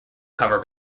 cover